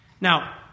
Now